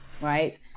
right